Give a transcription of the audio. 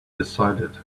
decided